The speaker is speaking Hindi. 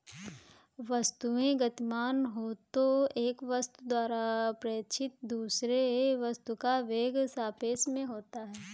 वस्तुएं गतिमान हो तो एक वस्तु द्वारा प्रेक्षित दूसरे वस्तु का वेग सापेक्ष में होता है